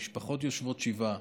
המשפחות היושבות שבעה,